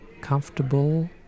comfortable